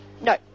no